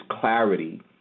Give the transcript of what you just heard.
clarity